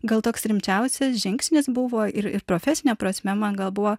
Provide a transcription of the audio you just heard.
gal toks rimčiausias žingsnis buvo ir profesine prasme man gal buvo